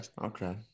Okay